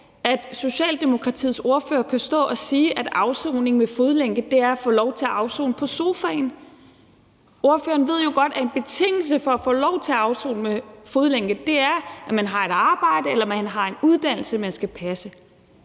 at Socialdemokratiets ordfører kan stå og sige, at afsoning med fodlænke er at få lov til at afsone på sofaen. Ordføreren ved jo godt, at en betingelse for at få lov til at afsone med fodlænke er, at man har et arbejde eller en uddannelse, man skal passe.